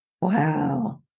Wow